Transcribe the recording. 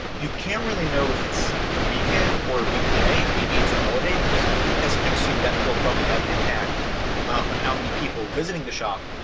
you can't really know if it's a weekend or a weekday. maybe it's a holiday, because as you can assume, that will probably have impact on how many people visiting the shop.